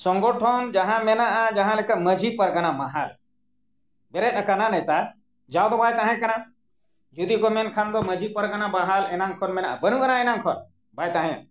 ᱥᱚᱝᱜᱚᱴᱷᱚᱱ ᱡᱟᱦᱟᱸ ᱢᱮᱱᱟᱜᱼᱟ ᱡᱟᱦᱟᱸ ᱞᱮᱠᱟ ᱢᱟᱺᱡᱷᱤ ᱯᱟᱨᱜᱟᱱᱟ ᱢᱟᱦᱟᱞ ᱵᱮᱨᱮᱫ ᱟᱠᱟᱱᱟ ᱱᱮᱛᱟᱨ ᱡᱟᱶ ᱫᱚ ᱵᱟᱭ ᱛᱟᱦᱮᱸ ᱠᱟᱱᱟ ᱡᱩᱫᱤ ᱠᱚ ᱢᱮᱱᱠᱷᱟᱱ ᱫᱚ ᱢᱟᱺᱡᱷᱤ ᱯᱟᱨᱜᱟᱱᱟ ᱢᱟᱦᱟᱞ ᱮᱱᱟᱱ ᱠᱷᱚᱱ ᱢᱮᱱᱟᱜᱼᱟ ᱵᱟᱹᱱᱩᱜ ᱟᱱᱟ ᱮᱱᱟᱱ ᱠᱷᱚᱱ ᱵᱟᱭ ᱛᱟᱦᱮᱸᱭᱟ